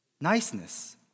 niceness